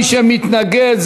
מי שמתנגד,